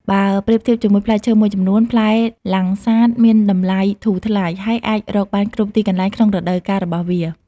បើប្រៀបធៀបជាមួយផ្លែឈើមួយចំនួន ផ្លែលាំងសាតមានតម្លៃធូរថ្លៃ ហើយអាចរកបានគ្រប់ទីកន្លែងក្នុងរដូវកាលរបស់វា។